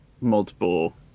multiple